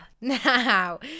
Now